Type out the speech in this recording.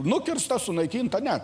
nukirsta sunaikinta ne